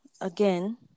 again